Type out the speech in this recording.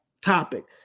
topic